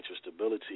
stability